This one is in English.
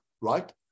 right